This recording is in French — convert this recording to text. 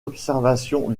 observations